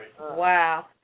Wow